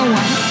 one